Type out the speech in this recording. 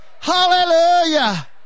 hallelujah